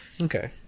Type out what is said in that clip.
Okay